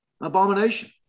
abomination